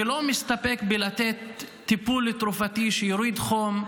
ולא מסתפק לתת טיפול תרופתי שיוריד חום,